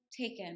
taken